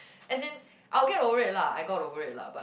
as in I'll get over it lah I got over it lah but